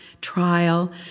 trial